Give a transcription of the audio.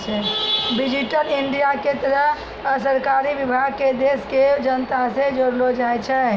digital India के तहत सरकारी विभाग के देश के जनता से जोड़ै छै